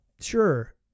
sure